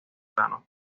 serrano